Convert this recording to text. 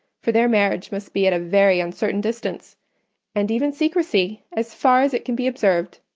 for their marriage must be at a very uncertain distance and even secrecy, as far as it can be observed,